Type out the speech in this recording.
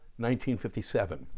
1957